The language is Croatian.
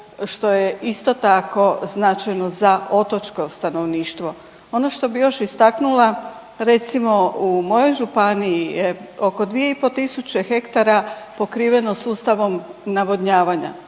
što je isto tako, značajno za otočko stanovništvo. Ono što bih još istaknula, recimo u mojoj županiji je oko 2,5 tisuće hektara pokriveno sustavom navodnjavanja.